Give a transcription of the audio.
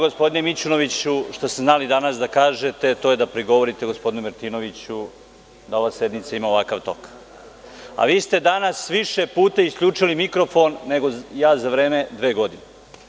Gospodine Mićunoviću, vi jedino što ste znali danas da kažete, to je da prigovorite gospodinu Martinoviću da ova sednica ima ovakav tok, a vi ste danas više puta isključili mikrofon nego ja za dve godine.